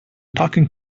talking